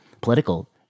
political